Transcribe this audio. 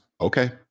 okay